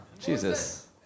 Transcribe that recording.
Jesus